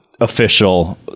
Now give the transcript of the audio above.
official